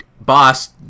boss